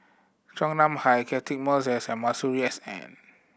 Chua Nam Hai Catchick Moses and Masuri S N